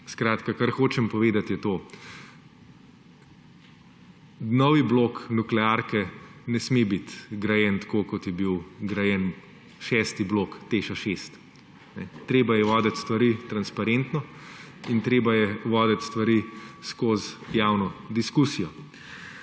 Skratka, kar hočem povedati, je to, da novi blok nuklearke ne sme biti grajen tako, kot je bil grajen šesti blok TEŠ 6. Treba je voditi stvari transparentno in treba je voditi stvari skozi javno diskusijo.